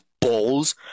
balls